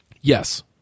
Yes